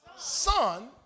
Son